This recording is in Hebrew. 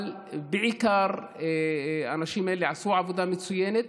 אבל בעיקר האנשים האלה עשו עבודה מצוינת.